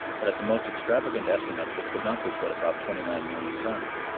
but at the most extravagant estimate this could not be put above twenty nine million tons.